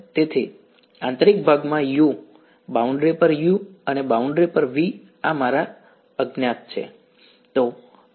તેથી આંતરિક ભાગમાં u બાઉન્ડ્રી પર u અને બાઉન્ડ્રી પર v આ મારા અજ્ઞાત છે